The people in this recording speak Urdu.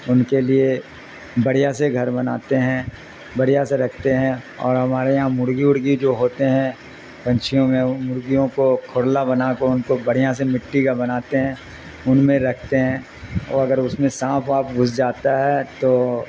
ان کے لیے بڑھیا سے گھر بناتے ہیں بڑھیا سے رکھتے ہیں اور ہمارے یہاں مرغی ارغی جو ہوتے ہیں پنچھیوں میں مرغیوں کو کھورلا بنا کر ان کو بڑھیا سے مٹی کا بناتے ہیں ان میں رکھتے ہیں اور اگر اس میں سانپ واپ گس جاتا ہے تو